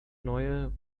neue